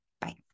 Bye